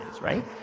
right